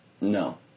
No